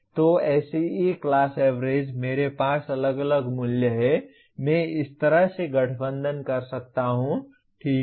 तो SEE class average मेरे पास अलग अलग मूल्य हैं मैं इस तरह से गठबंधन कर सकता हूं ठीक है